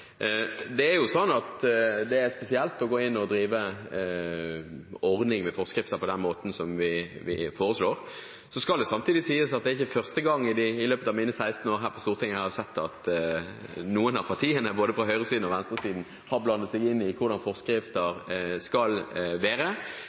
gå inn og drive med ordning av forskrifter på den måten som vi foreslår. Det skal samtidig sies at det ikke er første gang i løpet av mine 16 år her på Stortinget jeg har sett at partier både fra høyresiden og fra venstresiden har blandet seg inn i hvordan